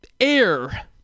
air